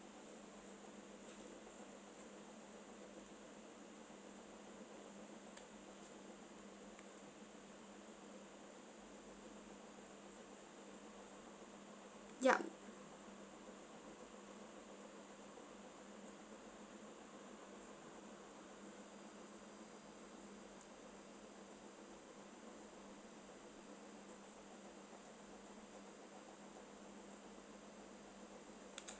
yup